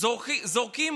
זורקים